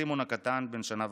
סימון הקטן בן השנה וחצי,